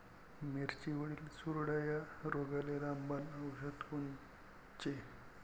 मिरचीवरील चुरडा या रोगाले रामबाण औषध कोनचे?